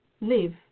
live